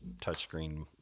touchscreen